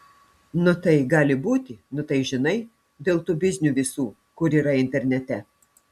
nu tai gali būti nu tai žinai dėl tų biznių visų kur yra internete